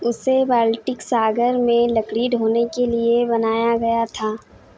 उसे बाल्टिक सागर में लकड़ी ढोने के लिए बनाया गया था